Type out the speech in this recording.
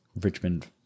Richmond